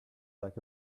like